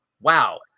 Wow